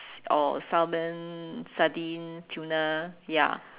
or salmon sardine tuna ya